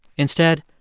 instead,